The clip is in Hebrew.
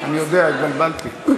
אני יודע, התבלבלתי.